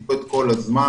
קיבלו את כל הזמן.